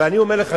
ואני אומר לך,